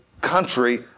country